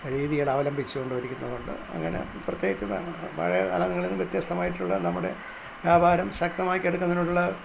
രീതികളവലംഭിച്ചു കൊണ്ടുമിരിക്കുന്നതുകൊണ്ട് അങ്ങനെ പ്രത്യേകിച്ച് പഴയകാലങ്ങളിൽ വ്യത്യസ്തമായിട്ടുള്ള നമ്മുടെ വ്യാപാരം ശക്തമായിക്കിടക്കുന്നതിനുള്ള